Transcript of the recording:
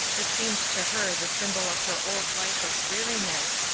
it seemed to her the symbol of her old life of dreariness,